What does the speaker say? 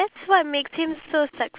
ya